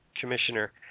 commissioner